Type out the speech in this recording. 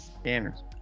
Scanners